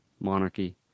monarchy